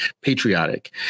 patriotic